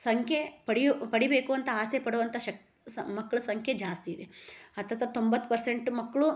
ಸಂಖ್ಯೆ ಪಡೆಯು ಪಡೀಬೇಕು ಅಂತ ಆಸೆ ಪಡೋವಂಥ ಶ ಸ್ ಮಕ್ಳ ಸಂಖ್ಯೆ ಜಾಸ್ತಿ ಇದೆ ಹತ್ರತ್ತಿರ ತೊಂಬತ್ತು ಪರ್ಸೆಂಟ್ ಮಕ್ಕಳು